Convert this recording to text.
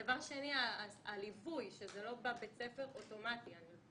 הליווי שהוא לא אוטומטי.